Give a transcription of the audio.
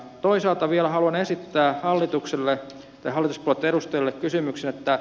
toisaalta vielä haluan esittää hallituspuolueitten edustajille kysymyksen